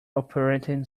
operating